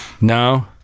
no